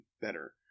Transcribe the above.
better